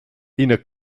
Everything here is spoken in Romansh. ina